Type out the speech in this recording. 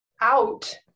out